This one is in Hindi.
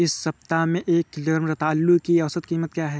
इस सप्ताह में एक किलोग्राम रतालू की औसत कीमत क्या है?